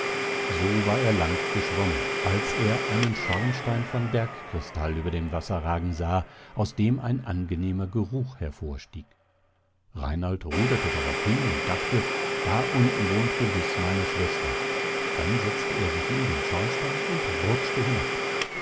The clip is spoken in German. so war er lang geschwommen als er einen schornstein von bergkristall über dem wasser ragen sah aus dem ein angenehmer geruch hervor stieg reinald ruderte darauf hin und dachte da unten wohnt gewiß meine schwester dann setzte er sich in den schornstein und rutschte hinab